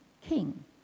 king